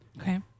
Okay